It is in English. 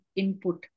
input